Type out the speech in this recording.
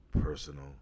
personal